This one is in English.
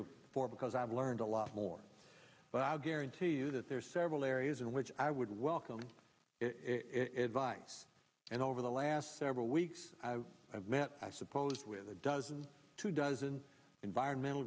before because i've learned a lot more but i guarantee you that there are several areas in which i would welcome it vice and over the last several weeks i've met i suppose with a dozen two dozen environmental